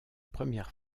première